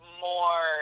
more